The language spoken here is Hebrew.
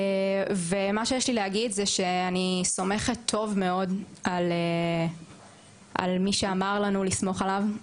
מה שיש לי להגיד זה שאני סומכת טוב מאוד על מי שאמר לנו לסמוך עליו,